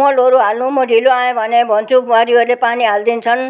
मलहरू हाल्नु म ढिलो आए भनेर भन्छु बुहारीहरूले पानी हालिदिन्छन्